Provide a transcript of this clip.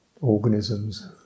organisms